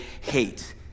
hate